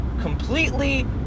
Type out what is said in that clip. completely